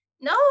No